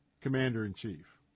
commander-in-chief